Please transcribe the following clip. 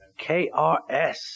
KRS